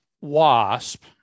Wasp